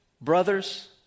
Brothers